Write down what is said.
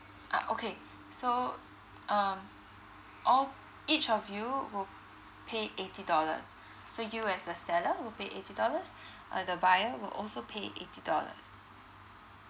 ah okay so um all each of you will pay eighty dollars so you as the seller will pay eighty dollars uh the buyer will also pay eighty dollars